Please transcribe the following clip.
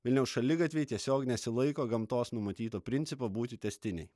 vilniaus šaligatviai tiesiog nesilaiko gamtos numatyto principo būti tęstiniai